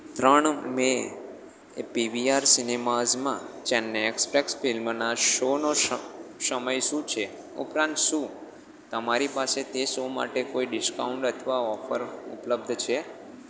ત્રણ મેએ પીવીઆર સિનેમાઝમાં ચેન્નઈ એક્સપ્રેસ ફિલ્મના શોનો સમય શું છે ઉપરાંત શું તમારી પાસે તે શો માટે કોઈ ડિસ્કાઉન્ટ અથવા ઓફર ઉપલબ્ધ છે